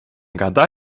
gada